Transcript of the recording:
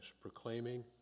Proclaiming